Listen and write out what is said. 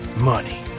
money